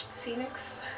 phoenix